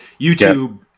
YouTube